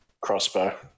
Crossbow